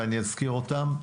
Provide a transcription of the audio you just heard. ואני אזכיר אותם,